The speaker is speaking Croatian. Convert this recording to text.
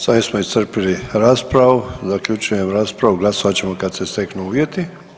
S ovim smo iscrpili raspravu, zaključujem raspravu, glasovat ćemo kad se steknu uvjeti.